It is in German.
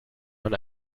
man